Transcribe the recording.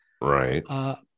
Right